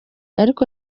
ariko